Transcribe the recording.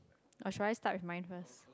or should I start with mine first